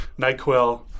NyQuil